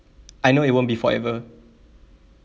I know it won't be forever